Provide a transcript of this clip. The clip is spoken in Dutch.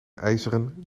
ijzeren